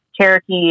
cherokee